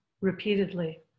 repeatedly